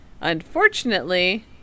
Unfortunately